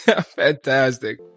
Fantastic